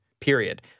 Period